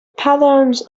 patterns